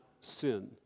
sin